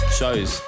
shows